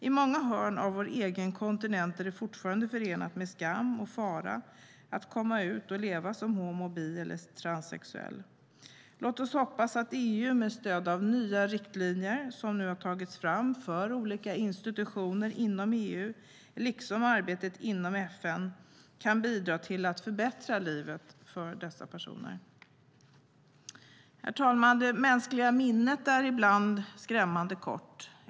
I många hörn av vår egen kontinent är det fortfarande förenat med skam och fara att komma ut och leva som homo-, bi eller transsexuell. Låt oss hoppas att EU med stöd av nya riktlinjer som nu har tagits fram för olika institutioner inom EU, liksom arbetet inom FN, kan bidra till att förbättra livet för dessa personer. Herr talman! Det mänskliga minnet är ibland skrämmande kort.